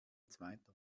zweiter